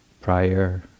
prior